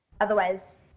Otherwise